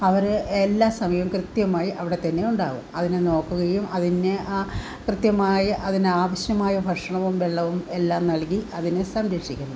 അവരെ എല്ലാ സമയവും കൃത്യമായി അവിടത്തന്നെയുണ്ടാവും അതിനെ നോക്കുകയും അതിനെ കൃത്യമായ അതിനാവശ്യമായ ഭക്ഷണവും വെള്ളവും എല്ലാം നൽകി അതിനെ സംരക്ഷിക്കുന്നു